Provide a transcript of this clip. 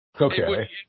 Okay